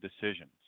decisions